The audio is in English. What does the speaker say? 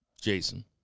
Jason